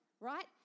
right